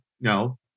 no